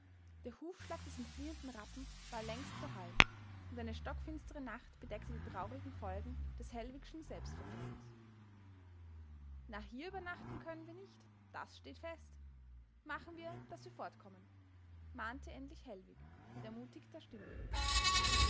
der hufschlag des entfliehenden rappen war längst verhallt und eine stockfinstere nacht bedeckte die traurigen folgen des hellwigschen selbstvertrauens na hier übernachten können wir nicht das steht fest machen wir daß wir fortkommen mahnte endlich hellwig mit ermutigter stimme